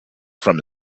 from